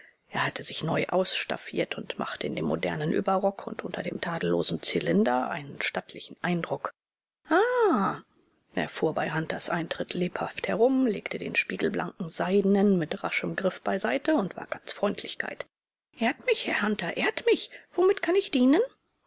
er hatte sich neu ausstaffiert und machte in dem modernen überrock und unter dem tadellosen zylinder einen stattlichen eindruck ah er fuhr bei hunters eintritt lebhaft herum legte den spiegelblanken seidenen mit raschem griff beiseite und war ganz freundlichkeit ehrt mich herr hunter ehrt mich womit kann ich dienen